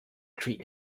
treat